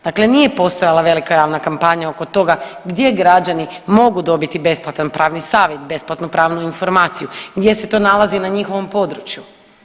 Dakle, nije postojala velika javna kampanja oko toga gdje građani mogu dobiti besplatan pravni savjet, besplatnu pravnu informaciju, gdje se to nalazi na njihovom području.